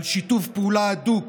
על שיתוף פעולה הדוק